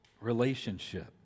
Relationship